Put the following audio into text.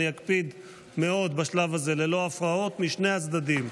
אני אקפיד מאוד בשלב הזה: ללא הפרעות משני הצדדים.